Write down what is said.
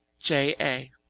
j. a.